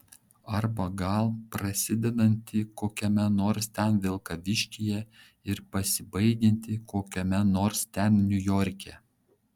arba gal prasidedantį kokiame nors ten vilkaviškyje ir pasibaigiantį kokiame nors ten niujorke